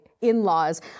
in-laws